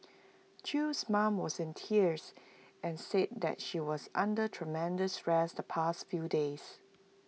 chew's mom was in tears and said that she was under tremendous stress the past few days